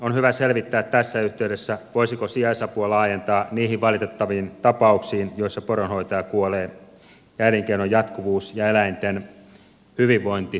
on hyvä selvittää tässä yh teydessä voisiko sijaisapua laajentaa niihin valitettaviin tapauksiin joissa poronhoitaja kuolee ja elinkeinon jatkuvuus ja eläinten hyvinvointi ovat vaarassa